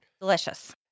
Delicious